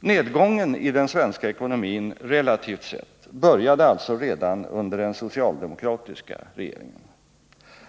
Nedgången i den svenska ekonomin relativt sett började alltså redan under den socialdemokratiska regeringen.